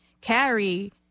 carry